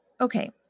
Okay